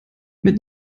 mit